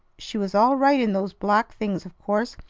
she was all right in those black things, of course,